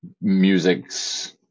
musics